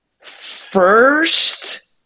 first